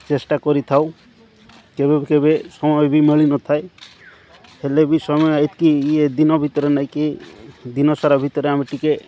ଚେଷ୍ଟା କରିଥାଉ କେବେ କେବେ ସମୟ ବି ମିଳିନଥାଏ ହେଲେ ବି ସମୟ ଏତିକି ଇଏ ଦିନ ଭିତରେ ନାଇଁ କିି ଦିନସାରା ଭିତରେ ଆମେ ଟିକିଏ